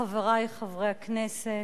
חברי חברי הכנסת,